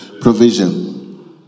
provision